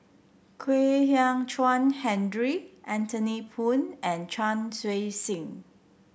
Kwek Hian Chuan Henry Anthony Poon and Chan Chun Sing